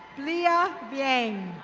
lea ah yang.